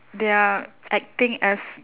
they're acting as